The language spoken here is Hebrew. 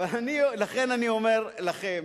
לכן, אני אומר לכם,